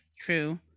True